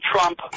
Trump